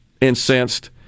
incensed